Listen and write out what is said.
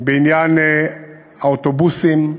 בעניין האוטובוסים.